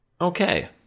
okay